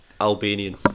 Albanian